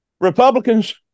Republicans